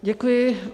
Děkuji.